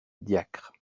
diacre